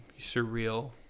surreal